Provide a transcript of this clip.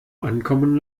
ankommen